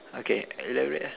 okay elaborate ah